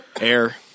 air